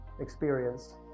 experience